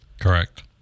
Correct